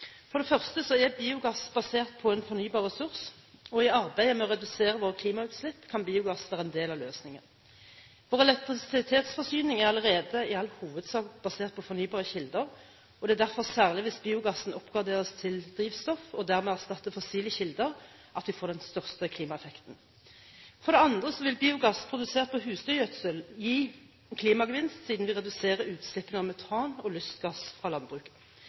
For det første er biogass basert på en fornybar ressurs, og i arbeidet med å redusere våre klimautslipp kan biogass være en del av løsningen. Vår elektrisitetsforsyning er allerede i all hovedsak basert på fornybare kilder, og det er derfor særlig hvis biogassen oppgraderes til drivstoff og dermed erstatter fossile kilder, at vi får den største klimaeffekten. For det andre vil biogass produsert på husdyrgjødsel gi klimagevinst siden vi reduserer utslippene av metan og lystgass fra landbruket.